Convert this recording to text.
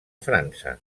frança